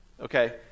okay